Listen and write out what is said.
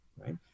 right